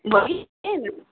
बोलिए ने